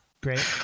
great